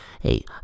hey